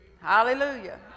Hallelujah